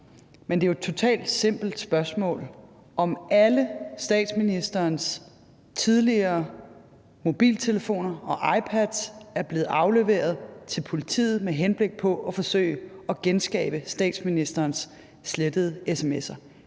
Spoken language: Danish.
men det er jo et totalt simpelt spørgsmål, altså om alle statsministerens tidligere mobiltelefoner og iPads er blevet afleveret til politiet med henblik på at forsøge at genskabe statsministerens slettede sms'er